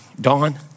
Dawn